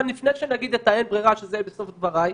אבל לפני שנגיד את האין ברירה, שזה בסוף דבריי,